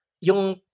yung